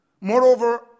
Moreover